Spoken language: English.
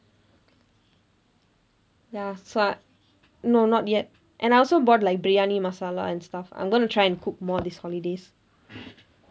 ya so I no not yet and I also bought like biryani masala and stuff I'm gonna try and cook more these holidays